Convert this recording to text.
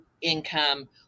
income